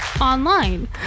online